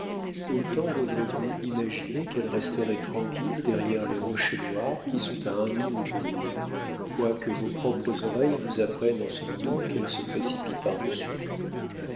autant vaudrait vous imaginer qu'elle resterait tranquille derrière les rochers noirs qui sont à un mille de nous quoique vos propres oreilles vous apprennent en ce moment qu'elle se précipite par-dessus